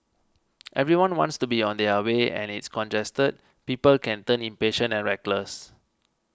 everyone wants to be on their way and it's congested people can turn impatient and reckless